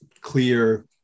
clear